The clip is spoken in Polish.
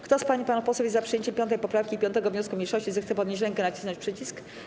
Kto z pań i panów posłów jest za przyjęciem 5. poprawki i 5. wniosku mniejszości, zechce podnieść rękę i nacisnąć przycisk.